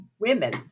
women